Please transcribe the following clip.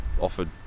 offered